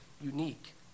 unique